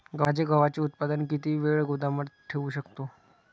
माझे गव्हाचे उत्पादन किती वेळ गोदामात ठेवू शकतो?